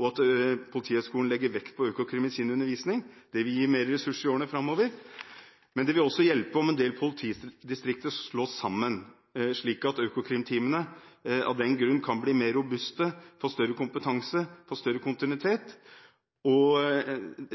Politihøgskolen legger vekt på økokrim i sin undervisning. Det vil gi mer ressurser i årene framover. Men det vil også hjelpe om en del politidistrikter slås sammen, slik at økokrimteamene kan bli mer robuste og få større kompetanse og kontinuitet.